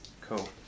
Cool